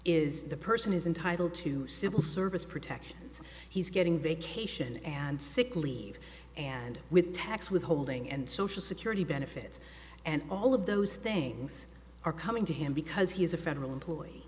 is the person is entitled to civil service protections he's getting vacation and sick leave and with tax withholding and social security benefits and all of those things are coming to him because he is a federal employee